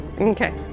Okay